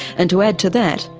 and to add to that,